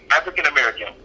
african-american